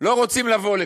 לא רוצים לבוא לכאן.